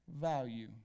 value